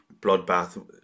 bloodbath